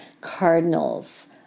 Cardinals